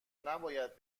نباید